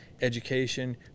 education